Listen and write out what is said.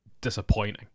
disappointing